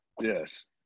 Yes